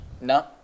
No